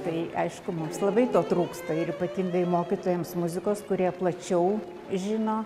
tai aišku mums labai to trūksta ir ypatingai mokytojams muzikos kurie plačiau žino